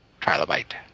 Trilobite